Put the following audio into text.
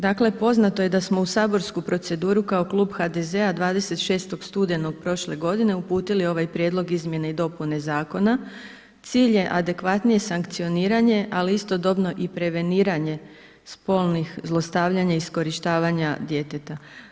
Dakle, poznato je da smo u saborsku proceduru kao klub HDZ-a 26. studenog prošle godine uputili ovaj prijedlog izmjene i dopune zakona, cilj je adekvatnije sankcioniranje ali istodobno i preveniranje spolnih zlostavljanja i iskorištavanja djeteta.